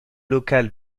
locale